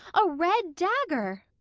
a red dagger.